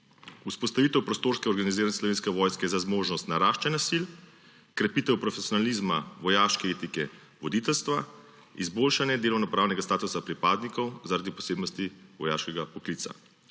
Vzpostavitev prostorske organiziranosti Slovenske vojske za zmožnost naraščanja sil. Krepitev profesionalizma vojaške etike voditeljstva. Izboljšanje delovnopravnega statusa pripadnikov zaradi posebnosti vojaškega poklica.